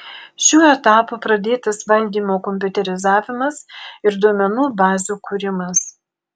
šiuo etapu pradėtas valdymo kompiuterizavimas ir duomenų bazių kūrimas